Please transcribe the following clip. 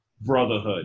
brotherhood